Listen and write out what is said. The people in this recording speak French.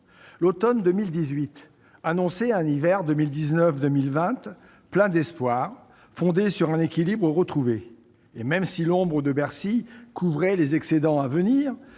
L'automne 2018 annonçait un hiver 2019-2020 plein d'espoir fondé sur un équilibre retrouvé. Même si l'ombre de Bercy planait sur les excédents à venir,